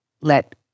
Let